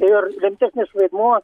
ir rimtesnis vaidmuo